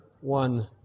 one